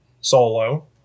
solo